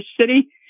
City